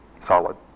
solid